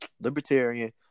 libertarian